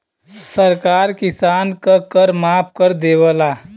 सरकार किसान क कर माफ कर देवला